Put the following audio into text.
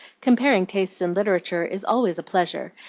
comparing tastes in literature is always a pleasure,